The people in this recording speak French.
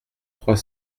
trois